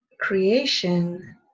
creation